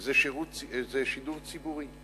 זה שידור ציבורי,